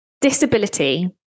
disability